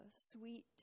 sweet